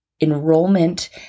Enrollment